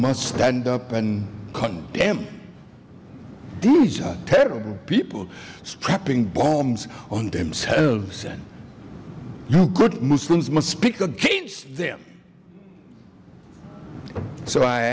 must stand up and cut em these are terrible people scrapping bombs on themselves and no good muslims must speak against them so i